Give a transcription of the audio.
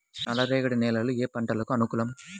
నల్లరేగడి నేలలు ఏ పంటలకు అనుకూలం?